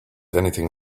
anything